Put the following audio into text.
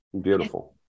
beautiful